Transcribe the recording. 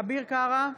אביר קארה,